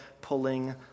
pulling